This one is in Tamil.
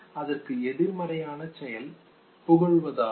அதற்கு எதிர்மறையான செயல் புகழ்வதாகும்